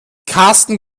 karsten